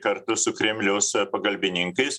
kartu su kremliaus pagalbininkais